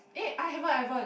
eh I haven't I haven't